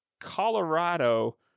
Colorado